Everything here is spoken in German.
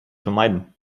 vermeiden